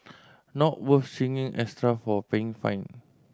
not worth signing extra for paying fine